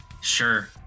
Sure